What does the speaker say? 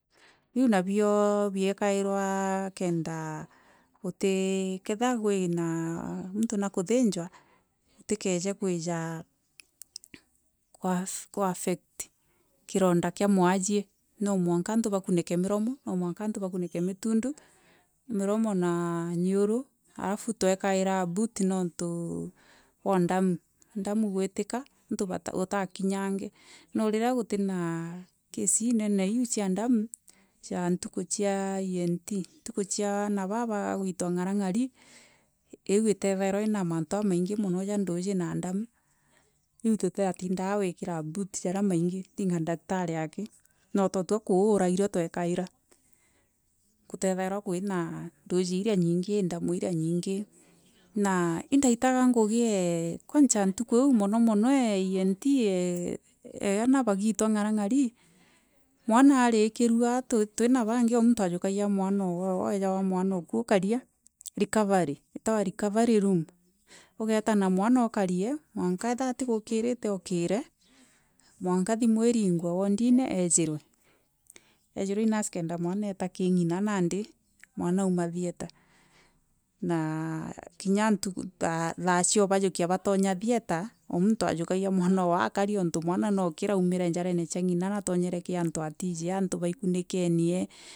Biu nabio biekagirwa kenda utii. Ketheriwa wina muntu niakuthinjwa utikeeje kuija kwa kwaffect kironda kia mwajie no mwanka anti bakunike muromo no mwanka antu bakunike mitundu, miromo na nguuru, arafu twakagaira boot niuntu bwa damu, damu guitika antu utaakingange no riria gutina kesi iu nene cia damu jaa ntuku cia ENT ntuku cia aana baa bagwitwa ngarangari iu itaethairwa iina mantu jamaingi mono ja nduuji na damu iu tututindaga gwikira boot jaria maingi tinga daktari aki no twatu kuura irio twakaira kutaithaira kwaina nduuji ira nyingi damu iria nyingi na indaitaga ngugi el kwaja ntuku iu monomono ee ENT ee aana bagiitwa ngarangari mwana arikirwa tuina bangi o muntu ajukagia mwana owe owe vejangwa mwana oku ukaria recovery, iitagwa recovery room ugaeta na mwana ukarie mwaka etheria aligokirite aokire mwanka thimu iringwe woodine aejirwe aijirwa i nurse kenda mwana eeta kiri ngina nandi mwana auma theatre na kinya thaa cia ubajokia theatre o muntu ajukagia mwana owe aakari niuntu mwana naukira aumire njarenu cia ngina natonyore kiri antu atiiji antu baikunikenie.